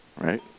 right